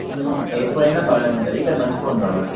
ఏ phone అయినా బాగానే ఉంటుంది కాని మంచి ఫోన్ కావాలి